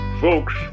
Folks